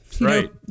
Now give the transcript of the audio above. right